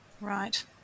Right